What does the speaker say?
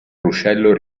ruscello